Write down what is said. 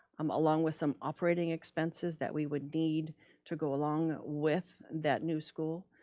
um along with some operating expenses that we would need to go along with that new school.